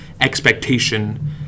expectation